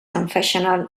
confessional